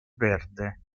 verde